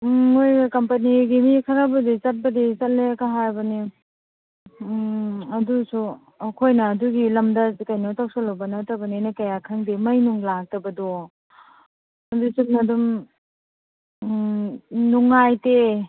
ꯎꯝ ꯃꯈꯣꯏ ꯀꯝꯄꯅꯤꯒꯤ ꯃꯤ ꯈꯔꯕꯨꯗꯤ ꯆꯠꯄꯨꯗꯤ ꯆꯠꯂꯦꯀ ꯍꯥꯏꯕꯅꯤ ꯎꯝ ꯑꯗꯨꯁꯨ ꯑꯩꯈꯣꯏꯅ ꯑꯗꯨꯒꯤ ꯂꯝꯗ ꯀꯩꯅꯣ ꯇꯧꯁꯤꯜꯂꯨꯕ ꯅꯠꯇꯕꯅꯤꯅ ꯀꯌꯥ ꯈꯪꯗꯦ ꯃꯩ ꯅꯨꯡ ꯂꯥꯛꯇꯕꯗꯣ ꯑꯗꯨ ꯆꯨꯝꯅ ꯑꯗꯨꯝ ꯎꯝ ꯅꯨꯡꯉꯥꯏꯇꯦ